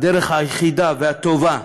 הדרך היחידה והטובה